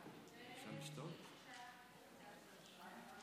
אמר קושניר, עזוב את קושניר כבר.